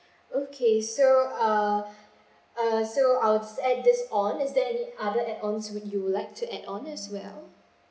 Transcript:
okay so uh uh so I will just add this on is there any other add on would you like to add on as well